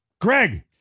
Greg